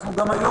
אנחנו גם היום,